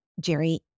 Jerry